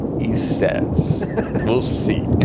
he says we'll see.